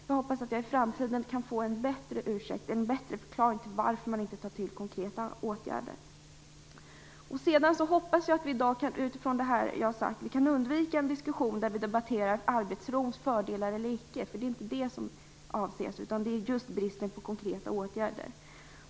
Jag hoppas att jag i framtiden kan få en bättre ursäkt och en bättre förklaring till varför man inte tar till konkreta åtgärder. Utifrån det jag har sagt hoppas jag att vi kan undvika en diskussion om arbetsrons för och nackdelar, för det är inte det som avses. Det är just bristen på konkreta åtgärder.